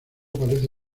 parece